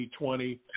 2020